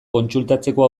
kontsultatzeko